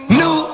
new